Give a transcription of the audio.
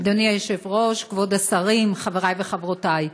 אדוני היושב-ראש, כבוד השרים, חברי וחברותי,